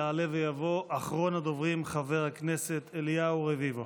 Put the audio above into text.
יעלה ויבוא אחרון הדוברים, חבר הכנסת אליהו רביבו.